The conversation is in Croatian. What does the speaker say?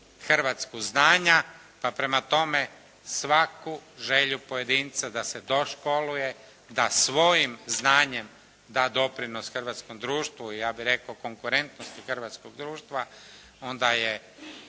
Hrvatsku znanja, pa prema tome svaku želju pojedinca da se doškoluje, da svojim znanjem da doprinos hrvatskom društvu i ja bih rekao konkurentnosti hrvatskog društva onda je